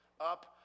up